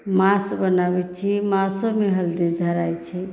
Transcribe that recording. मासू बनाबैत छी मासूमे हल्दी धराइत छै